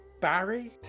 Barry